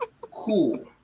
Cool